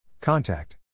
Contact